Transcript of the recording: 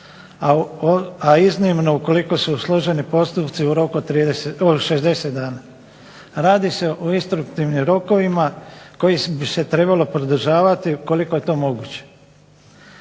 a iznimno ukoliko su složeni postupci u roku od 60 dana. Radi se o instruktivnim rokovima kojih bi se trebalo pridržavati ukoliko je to moguće.